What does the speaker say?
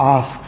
Ask